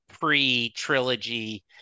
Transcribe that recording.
pre-trilogy